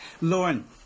Lauren